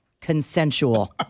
consensual